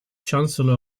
chancellor